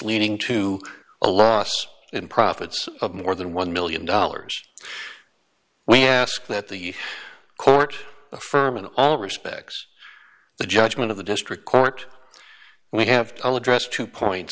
leading to a loss in profits of more than one million dollars we ask that the court affirm in all respects the judgment of the district court we have i'll address two points